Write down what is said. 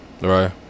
Right